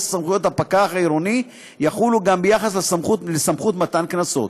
לסמכויות הפקח העירוני יחולו גם ביחס לסמכות מתן קנסות.